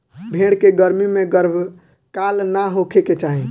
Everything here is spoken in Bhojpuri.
भेड़ के गर्मी में गर्भकाल ना होखे के चाही